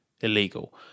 illegal